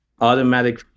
automatic